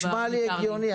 נשמע לי הגיוני.